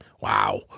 wow